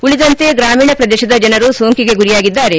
ಉಳಿದಂತೆ ಗ್ರಾಮೀಣ ಪ್ರದೇಶದ ಜನರು ಸೋಂಕಿಗೆ ಗುರಿಯಾಗಿದ್ದಾರೆ